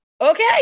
okay